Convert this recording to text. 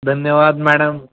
धन्यवाद मॅडम